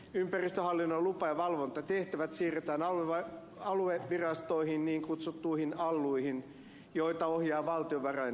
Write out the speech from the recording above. ympäristöhallinnon lupa ja valvontatehtävät siirretään aluevirastoihin niin kutsuttuihin alluihin joita ohjaa valtiovarainministeriö